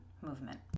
movement